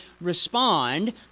respond